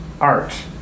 art